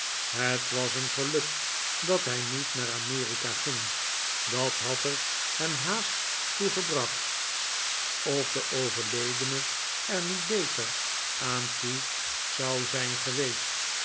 het was een geluk dat hij niet naar amerika ging dat had er hem haast toe gebracht of de overledene er niet beter aan toe zou zijn geweest